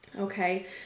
okay